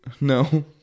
No